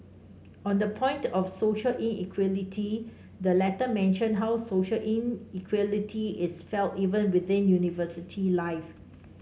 on the point of social inequality the letter mentioned how social inequality is felt even within university life